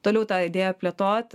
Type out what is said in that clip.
toliau tą idėją plėtot